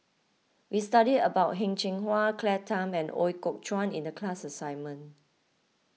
we studied about Heng Cheng Hwa Claire Tham and Ooi Kok Chuen in the class assignment